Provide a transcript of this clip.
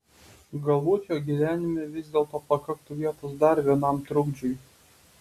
galbūt jo gyvenime vis dėlto pakaktų vietos dar vienam trukdžiui